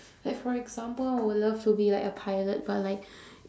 like for example I would love to be like a pilot but like